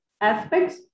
aspects